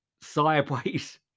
sideways